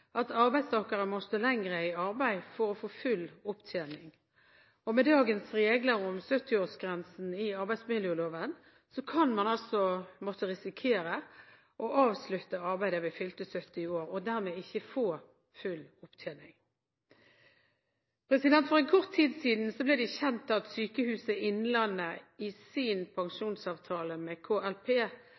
at arbeidstakere må stå lenger i arbeid for få full opptjening. Med dagens regler om 70-årsgrensen i arbeidsmiljøloven kan man risikere å måtte avslutte arbeidet ved fylte 70 år og dermed ikke få full opptjening. For kort tid siden ble det kjent at Sykehuset Innlandet i sin pensjonsavtale med KLP